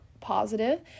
positive